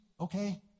Okay